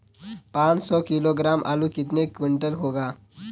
पाँच सौ किलोग्राम आलू कितने क्विंटल होगा?